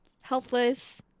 helpless